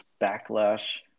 backlash